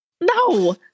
No